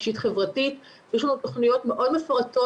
הוא חייב לתת הסברה ולהכניס כבר מגילאי